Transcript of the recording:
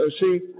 see